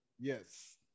Yes